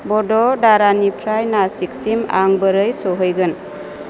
भद'दारानिफ्राय नासिकसिम आं बोरै सहैगोन